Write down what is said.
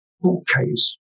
bookcase